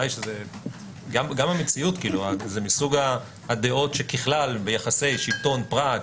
זה מסוג הדעות שככלל ביחסי שלטון פרט,